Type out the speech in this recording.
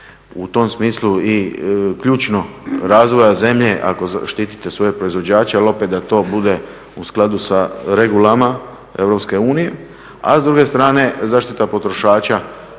u tom smislu i ključno razvoja zemlje ako štitite svoje proizvođače ali opet da to bude u skladu sa regulama EU. A s druge strane zaštita potrošača